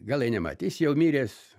galai nematė jis jau miręs